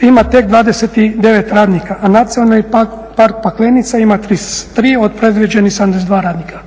ima tek 29 radnika, a Nacionalni park Paklenica ima 33 od predviđenih 72 radnika.